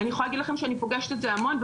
אני יכולה להגיד לכם שאני פוגשת את זה המון,